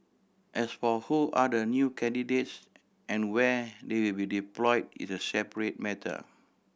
as for who are the new candidates and where they be deployed is a separate matter